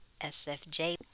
SFJ